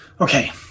Okay